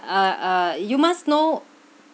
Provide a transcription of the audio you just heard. ah you must know